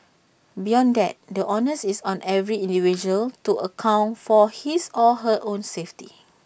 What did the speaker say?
beyond that the onus is on every individual to account for his or her own safety